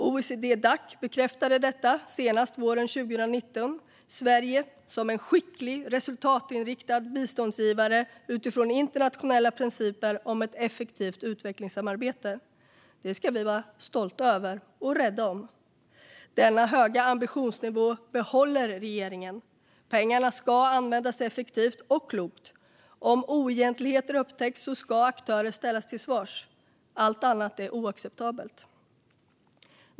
OECD-Dac bekräftade senast våren 2019 Sverige som en skicklig och resultatinriktad biståndsgivare som står för internationella principer om ett effektivt utvecklingssamarbete. Det ska vi vara stolta över och rädda om. Denna höga ambitionsnivå behåller regeringen. Pengarna ska användas effektivt och klokt. Om oegentligheter upptäcks ska aktörer ställas till svars. Allt annat är oacceptabelt.